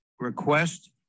request